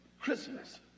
Christmas